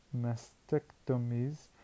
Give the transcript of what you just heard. mastectomies